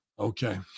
Okay